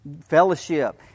fellowship